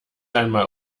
einmal